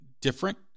different